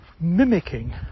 mimicking